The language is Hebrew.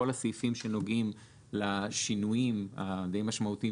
כל הסעיפים שנוגעים לשינויים הדי משמעותיים